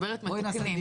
אני מדברת, מתקנים.